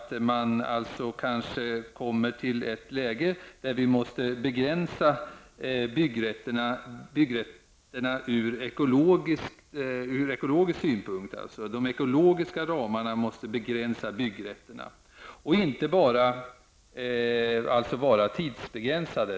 Då kanske vi kommer i ett läge då vi måste begränsa byggrätterna ur ekologisk synpunkt. De ekologiska ramarna måste begränsa byggrätterna. De skall alltså inte vara enbart tidsbegränsade.